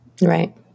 Right